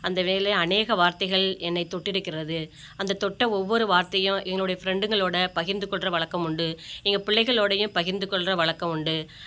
அந்த வேளை அநேக வார்த்தைகள் என்னைத் தொட்டிருக்கிறது அந்தத் தொட்ட ஒவ்வொரு வார்த்தையும் என்னுடைய ஃப்ரெண்டுகளோடு பகிர்ந்து கொள்கிற வழக்கம் உண்டு எங்க பிள்ளைகளோடையும் பகிர்ந்து கொள்கிற வழக்கம் உண்டு